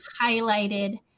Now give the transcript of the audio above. highlighted